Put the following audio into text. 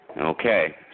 okay